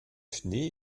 schnee